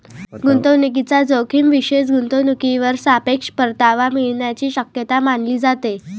गुंतवणूकीचा जोखीम विशेष गुंतवणूकीवर सापेक्ष परतावा मिळण्याची शक्यता मानली जाते